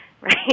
right